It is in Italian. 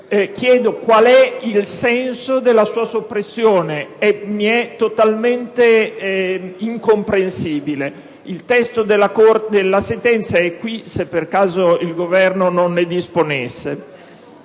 Chiedo qual è il senso della sua soppressione, poiché mi è totalmente incomprensibile. Ho il testo della sentenza, nel caso il Governo non ne disponesse.